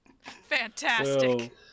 Fantastic